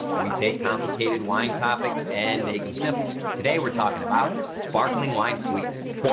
we take complicated wine topics and make them simple. today we're talking about sparkling wine sweetness.